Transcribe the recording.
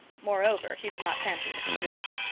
more-over, she did not fancy mrs. blewett.